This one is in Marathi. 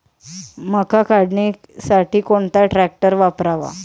मका काढणीसाठी कोणता ट्रॅक्टर वापरावा?